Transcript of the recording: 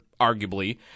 arguably